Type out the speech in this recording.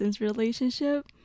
relationship